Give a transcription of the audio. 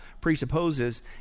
presupposes